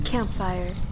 Campfire